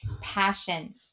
passion